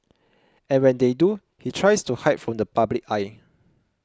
and when they do he tries to hide from the public eye